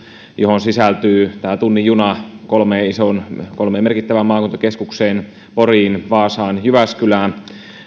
johon sisältyy tunnin juna kolmeen merkittävään maakuntakeskukseen poriin vaasaan ja jyväskylään